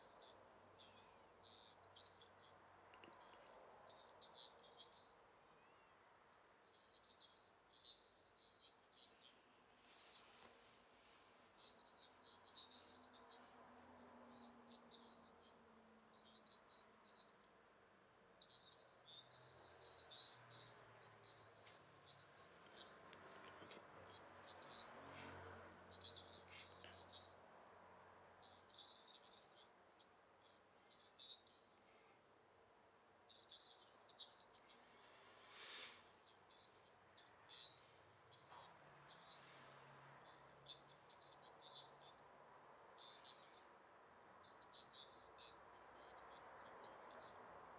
okay